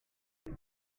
vous